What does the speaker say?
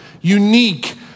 unique